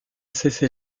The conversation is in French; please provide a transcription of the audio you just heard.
cessez